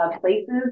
places